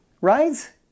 right